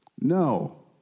No